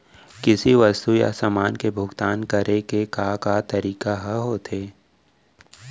किसी वस्तु या समान के भुगतान करे के का का तरीका ह होथे?